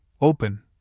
open